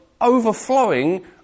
overflowing